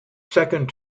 second